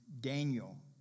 Daniel